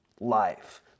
life